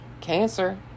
Cancer